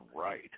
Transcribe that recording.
right